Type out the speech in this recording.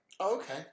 okay